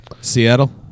Seattle